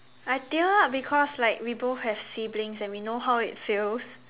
I teared up because like we both have siblings and we know how it feels